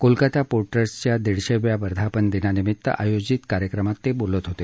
Kolkata port ट्रस्टच्या दीडशेव्या वर्धापनादिनानिमित्त आयोजित कार्यक्रमात ते बोलत होते